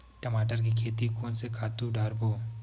टमाटर के खेती कोन से खातु डारबो?